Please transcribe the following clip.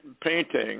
painting